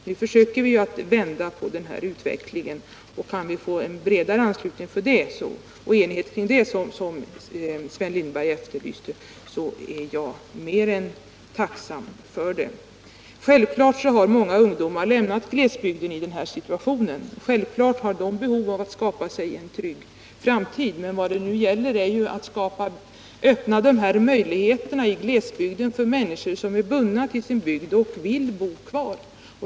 Nu försöker vi vända på den här utvecklingen, och kan vi få en bredare anslutning till det — Sven Lindberg efterlyser ju enighet — är jag mer än tacksam för det. Självfallet har många ungdomar i den här situationen lämnat glesbygden. Självfallet har de behov av att skapa sig en trygg framtid. Men vad det nu gäller är att öppna möjligheter i glesbygden för människor som är bundna till sin bygd och vill bo kvar.